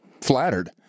flattered